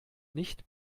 nicht